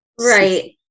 Right